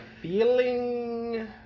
feeling